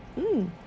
mm